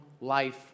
life